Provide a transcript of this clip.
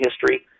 history